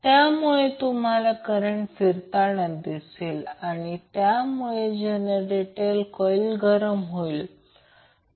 तर त्यामुळे तुम्हाला करंट फिरतांना दिसेल आणि यामुळे जनरेटर कॉईल गरम होईल